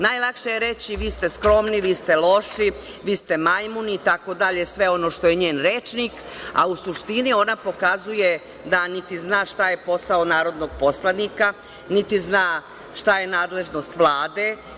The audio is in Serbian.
Najlakše je reći - vi ste skromni, vi ste loši, vi ste majmuni itd, sve ono što je njen rečnik, a u suština ona pokazuje da niti zna šta je posao narodnog poslanika, niti zna šta je nadležnost Vlade.